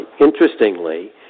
Interestingly